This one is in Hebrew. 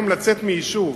היום לצאת מיישוב,